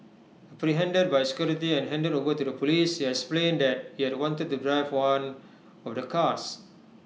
apprehended by security and handed over to Police explained that he had wanted to drive one of the cars